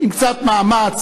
עם קצת מאמץ,